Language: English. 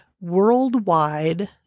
worldwide